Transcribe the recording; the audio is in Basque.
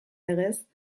legez